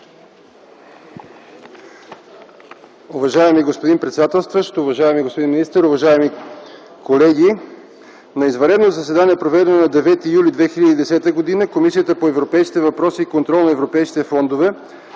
Уважаеми господин председател, уважаеми господин министър, уважаеми колеги! „На извънредно заседание, проведено на 9 юли 2010 г., Комисията по европейски въпроси и контрол на европейските фондове